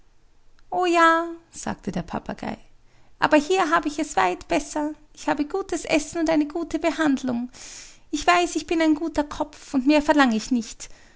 o ja sagte der papagei aber hier habe ich es weit besser ich habe gutes essen und eine gute behandlung ich weiß ich bin ein guter kopf und mehr verlange ich nicht